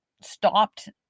stopped